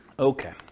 Okay